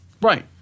Right